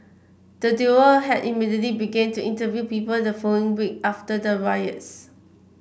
the duo had immediately began to interview people the following week after the riots